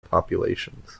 populations